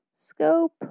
scope